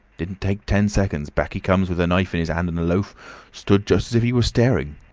didn't take ten seconds. back he comes with a knife in uz hand and a loaf stood just as if he was staring.